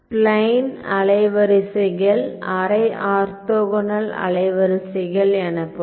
spline அலைவரிசைகள் அரை orthogonal அலைவரிசைகள் எனப்படும்